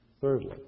thirdly